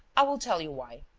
i will tell you why.